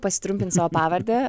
pasitrumpint savo pavardę